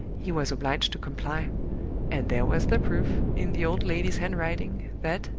he was obliged to comply and there was the proof, in the old lady's handwriting, that,